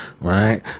Right